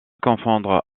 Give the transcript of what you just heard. confondre